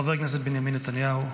חבר הכנסת בנימין נתניהו,